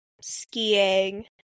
skiing